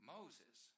Moses